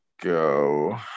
go